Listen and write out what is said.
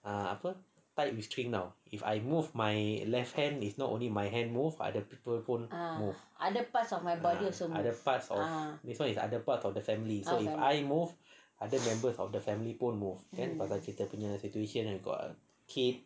ah apa tight restrain now if I move my left hand is not only my hand move other people pun move other parts of this [one] is other parts of the family so if I move other members of the family pun move kalau kita punya situation kan and got a kid